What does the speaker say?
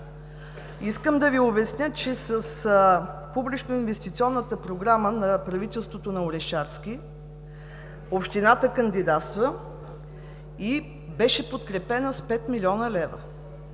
Искам да Ви обясня, че с Публично-инвестиционната програма на правителството на Орешарски общината кандидатства и беше подкрепена с 5 млн. лв.